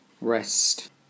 rest